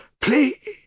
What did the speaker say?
Please